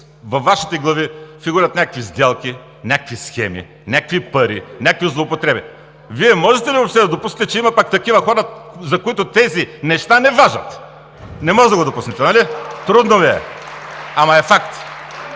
във Вашите глави фигурират някакви сделки, някакви схеми, някакви пари, някакви злоупотреби. Вие можете ли въобще да допуснете, че има такива хора, за които тези неща не важат? Не може да го допуснете (ръкопляскания), нали, трудно Ви е, ама е факт?!